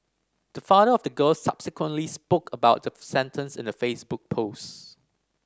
the father of the girl subsequently spoke about the sentence in a Facebook post